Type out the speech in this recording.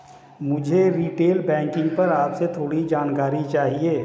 मुझे retail banking पर आपसे थोड़ी जानकारी चाहिए